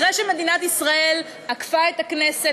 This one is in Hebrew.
אחרי שמדינת ישראל עקפה את הכנסת,